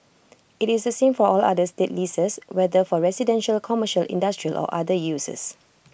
IT is the same for all other state leases whether for residential commercial industrial or other uses